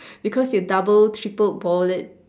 because you double triple boil it